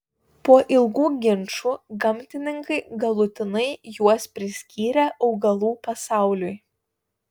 po ilgų ginčų gamtininkai galutinai juos priskyrė augalų pasauliui